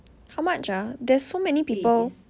how much ah there's so many people